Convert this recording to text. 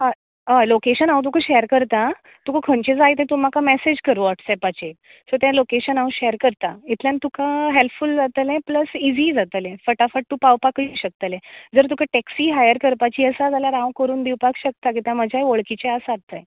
हय हय लाॅकेशन हांव तुका शेअर करतां तुका खंयचें जाय तें तूं म्हाका मेसेज कर व्हाॅटस्पेपाचेर सो तें लाॅकेशन हांव शेअर करता इतल्यान तुका हेल्पफूल जातलें प्लस इजीय जातलें फटाफट तूं पावपाकूय शकतलें जर तुका टेक्सी हायर करपाची आसा जाल्यार हांव करून दिवपाक शकता कित्याक म्हजें वळखीचे आसात थंय